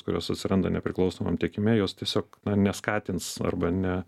kurios atsiranda nepriklausomam tiekime jos tiesiog na neskatins arba ne